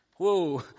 Whoa